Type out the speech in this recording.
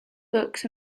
books